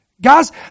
Guys